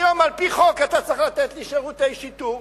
היום על-פי חוק אתה צריך לתת לי שירותי שיטור,